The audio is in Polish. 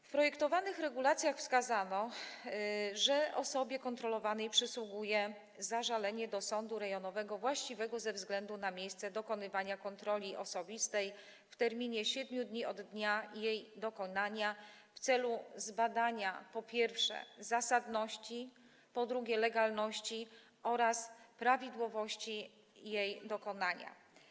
W projektowanych regulacjach wskazano, że osobie kontrolowanej przysługuje zażalenie do sądu rejonowego właściwego ze względu na miejsce dokonywania kontroli osobistej w terminie 7 dni od dnia jej dokonania w celu zbadania, po pierwsze, zasadności, po drugie, legalności oraz, po trzecie, prawidłowości jej dokonania.